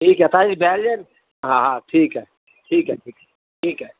ठीकु आहे तव्हांजी बेल जन हा ठीकु आहे ठीकु आहे ठीकु आहे ठीकु आहे